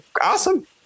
Awesome